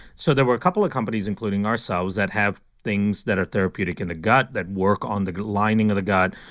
so there were a couple of companies, including ourselves, that have things that are therapeutic in the gut, that work on the lining of the gut,